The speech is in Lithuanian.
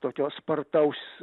tokio spartaus